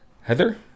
Heather